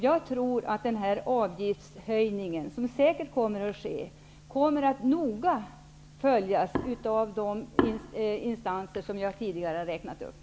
Jag tror att avgiftshöjningen, som säkerligen kommer att ske, noga kommer att följas av de instanser som jag tidigare har räknat upp.